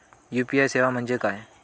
UPI सेवा म्हणजे काय?